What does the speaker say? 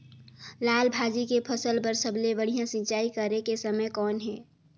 लाल भाजी के फसल बर सबले बढ़िया सिंचाई करे के समय कौन हे?